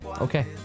okay